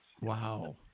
Wow